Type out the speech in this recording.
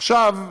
עכשיו,